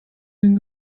den